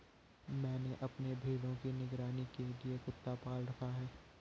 मैंने अपने भेड़ों की निगरानी के लिए कुत्ता पाल रखा है